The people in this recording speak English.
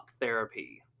therapy